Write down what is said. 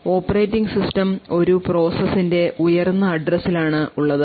operating system ഒരു പ്രോസസ്സിന്റെ ഉയർന്ന അഡ്രസ്സിൽ ആണ് ഉള്ളത്